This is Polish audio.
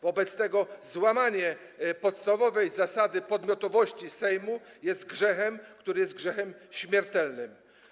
Wobec tego złamanie podstawowej zasady podmiotowości Sejmu jest grzechem, który jest grzechem śmiertelnym.